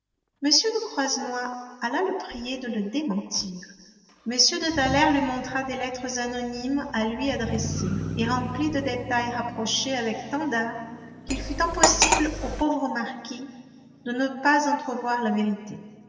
m de croisenois alla le prier de les démentir m de thaler lui montra des lettres anonymes à lui adressées et remplies de détails rapprochés avec tant d'art qu'il fut impossible au pauvre marquis de ne pas entrevoir la vérité